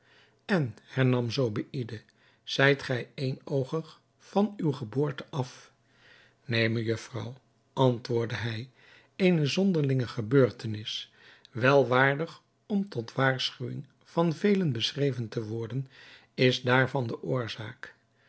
en hernam zobeïde zijt gij éénoogig van uw geboorte af neen mejufvrouw antwoordde hij eene zonderlinge gebeurtenis wel waardig om tot waarschuwing van velen beschreven te worden is daarvan de oorzaak